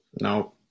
No